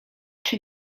czy